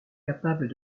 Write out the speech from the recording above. capables